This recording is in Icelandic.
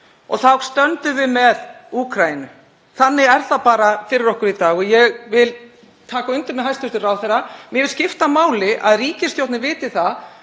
og þá stöndum við með Úkraínu. Þannig er það bara fyrir okkur í dag. Ég vil taka undir með hæstv. ráðherra að mér finnst skipta máli að ríkisstjórnin viti það